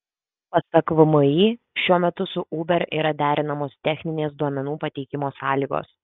pasak vmi šiuo metu su uber yra derinamos techninės duomenų pateikimo sąlygos